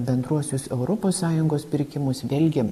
bendruosius europos sąjungos pirkimus vėlgi